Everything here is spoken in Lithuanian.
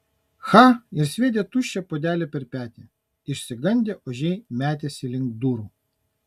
cha ir sviedė tuščią puodelį per petį išsigandę ožiai metėsi link durų